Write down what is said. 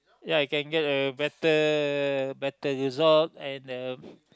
ya I can get a better better result and a